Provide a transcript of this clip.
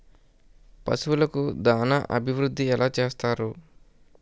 పశువులకు దాన అభివృద్ధి ఎలా చేస్తారు?